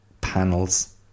panels